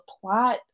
plot